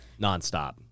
nonstop